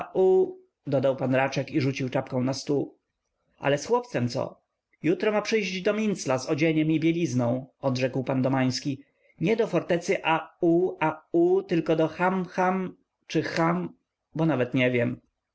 dodał p raczek i rzucił czapkę na stół ale z chłopcem co jutro ma przyjść do mincla z odzieniem i bielizną odrzekł p domański nie do fortecy a-u a-u tylko do ham-ham czy cham bo nawet nie wiem